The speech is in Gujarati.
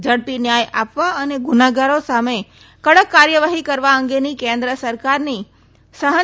ઝડપી ન્યાય આપવા અને ગુનેગારો સામે કડક કાર્યવાહી કરવા અંગેની કેન્દ્ર સરકારની શૂન્